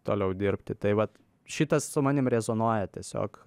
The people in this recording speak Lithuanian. toliau dirbti tai vat šitas su manim rezonuoja tiesiog